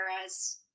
Whereas